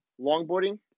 longboarding